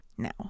Now